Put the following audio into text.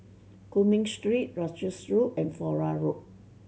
Cumming Street Russels Road and Flora Road